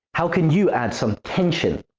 how can you add some tension?